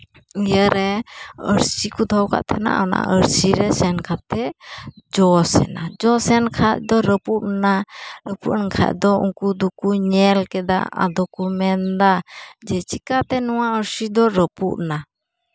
ᱤᱭᱟᱹᱨᱮ ᱟᱹᱨᱥᱤ ᱠᱚ ᱫᱚᱦᱚ ᱠᱟᱜ ᱛᱟᱦᱮᱱᱟ ᱚᱱᱟ ᱟᱹᱨᱥᱤ ᱨᱮ ᱥᱮᱱ ᱠᱟᱛᱮᱫ ᱡᱚᱥ ᱮᱱᱟ ᱡᱚᱥ ᱮᱱ ᱠᱷᱟᱱ ᱫᱚ ᱨᱟᱹᱯᱩᱫᱽ ᱱᱟ ᱨᱟᱹᱯᱩᱫᱽ ᱮᱱ ᱠᱷᱟᱱ ᱫᱚ ᱩᱱᱠᱩ ᱫᱚᱠᱚ ᱧᱮᱞ ᱠᱮᱫᱟ ᱟᱫᱚ ᱠᱚ ᱢᱮᱱᱫᱟ ᱡᱮ ᱪᱤᱠᱟᱹᱛᱮ ᱱᱚᱣᱟ ᱟᱹᱨᱥᱤ ᱫᱚ ᱨᱟᱹᱯᱩᱫᱱᱟ